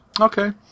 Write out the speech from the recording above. Okay